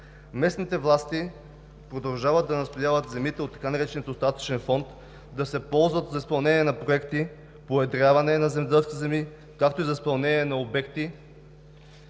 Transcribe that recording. Местните власти продължават да настояват земите от така наречения „остатъчен фонд“ да се ползват за изпълнение на проекти по уедряване на земеделските земи, както и за изпълнение на обекти